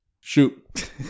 Shoot